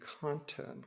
content